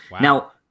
Now